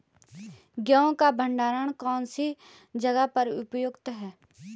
गेहूँ का भंडारण कौन सी जगह पर उपयुक्त है?